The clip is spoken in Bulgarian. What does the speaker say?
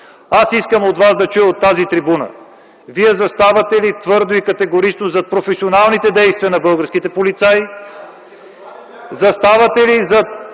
Аз искам да чуя от вас от тази трибуна: вие заставате ли твърдо и категорично зад професионалните действия на българските полицаи? (Шум и реплики